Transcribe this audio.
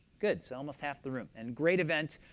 good, so almost half the room. and great event,